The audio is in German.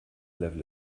level